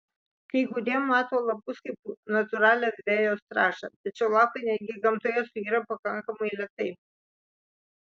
kai kurie mato lapus kaip natūralią vejos trąšą tačiau lapai netgi gamtoje suyra pakankamai lėtai